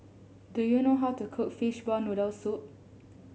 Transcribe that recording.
do you know how to cook Fishball Noodle Soup